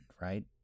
right